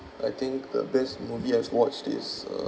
I think the best movie I've watched is uh